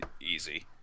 easy